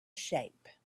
shape